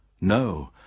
No